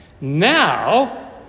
now